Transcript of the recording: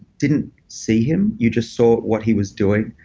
didn't see him, you just saw what he was doing,